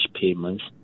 payments